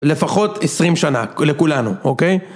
לפחות עשרים שנה לכולנו, אוקיי?